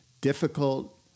Difficult